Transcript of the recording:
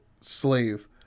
slave